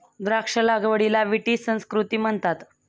द्राक्ष लागवडीला विटी संस्कृती म्हणतात